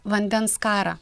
vandens karą